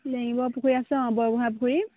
লেঙিবৰ পুখুৰী আছে অঁ বৰগোঁহাই পুখুৰী